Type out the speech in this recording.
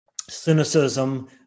cynicism